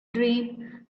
dream